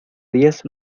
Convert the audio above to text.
diez